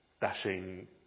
dashing